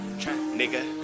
Nigga